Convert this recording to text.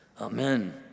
Amen